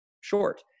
short